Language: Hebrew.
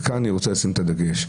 וכאן אני רוצה לשים את הדגש.